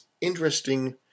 interesting